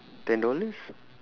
ten dollars